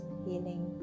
healing